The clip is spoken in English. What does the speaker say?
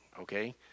okay